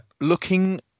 looking